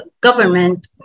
government